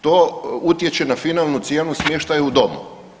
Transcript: To utječe na finalnu cijenu smještaja u dom.